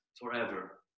forever